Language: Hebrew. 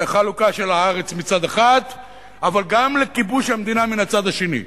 לחלוקה של הארץ מצד אחד אבל גם לכיבוש המדינה מן הצד השני.